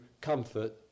comfort